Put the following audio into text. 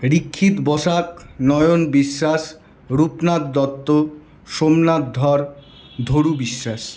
রিক্ষিত বসাক নয়ন বিশ্বাস রূপনাথ দত্ত সোমনাথ ধর ধরু বিশ্বাস